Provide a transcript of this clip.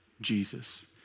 Jesus